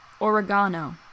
oregano